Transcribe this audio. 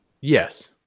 Yes